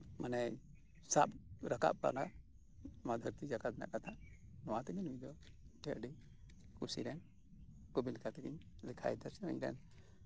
ᱢᱟᱱᱮ ᱥᱟᱵ ᱨᱟᱠᱟᱵ ᱠᱟᱱᱟᱭ ᱫᱷᱟᱹᱨᱛᱤ ᱡᱟᱠᱟᱛ ᱨᱮᱱᱟᱜ ᱠᱟᱛᱷᱟ ᱱᱚᱣᱟ ᱛᱮᱜᱮ ᱱᱩᱭ ᱫᱚ ᱟᱹᱰᱤᱧ ᱠᱩᱥᱤ ᱟᱭᱟ ᱠᱚᱵᱤ ᱞᱮᱠᱟᱛᱤᱧ ᱞᱮᱠᱷᱟ ᱭᱮᱭᱟ